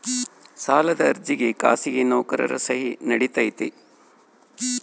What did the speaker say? ಸಾಲದ ಅರ್ಜಿಗೆ ಖಾಸಗಿ ನೌಕರರ ಸಹಿ ನಡಿತೈತಿ?